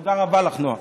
תודה רבה לך, נועה,